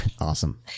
Awesome